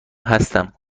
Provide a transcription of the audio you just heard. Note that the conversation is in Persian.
هستم